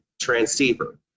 transceiver